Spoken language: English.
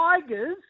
Tigers